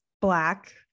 black